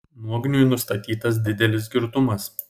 nogniui nustatytas didelis girtumas